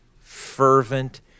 fervent